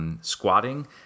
Squatting